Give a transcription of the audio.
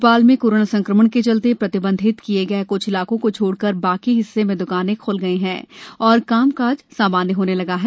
भोपाल में कोरोना संकमण के चलते प्रतिबंधित किये गये कुछ इलाकों को छोड़कर बाकी हिस्से में दुकानें खुल गयी हैं और कामकाज सामान्य होने लगा है